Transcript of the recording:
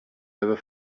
never